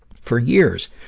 for years,